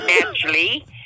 naturally